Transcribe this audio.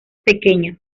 pequeñas